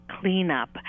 cleanup